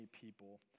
people